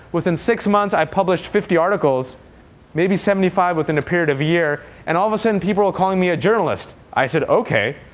within six months, i published fifty articles maybe seventy five within a period of a year. and all a sudden, people were calling me a journalist. i said ok.